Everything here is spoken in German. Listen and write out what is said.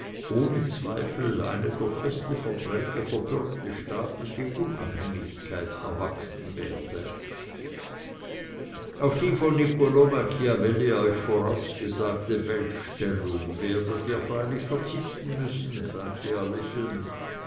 ohne zweifel eine durch feste verträge verbürgte staatliche unabhängigkeit erwachsen werde auf die von niccol machiavelli euch vorausgesagte weltstellung werdet ihr freilich verzichten müssen sagte er lächelnd